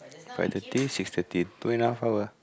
five thirty six thirty two and a half hour